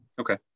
Okay